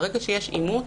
ברגע שיש אימוץ,